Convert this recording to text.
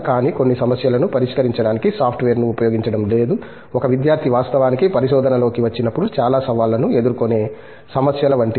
కానీ కొన్ని సమస్యలను పరిష్కరించడానికి సాఫ్ట్వేర్ను ఉపయోగించడం లేదు ఒక విద్యార్థి వాస్తవానికి పరిశోధనలోకి వచ్చినప్పుడు చాలా సవాళ్లను ఎదుర్కొనే సమస్యల వంటిది